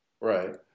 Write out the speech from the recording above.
Right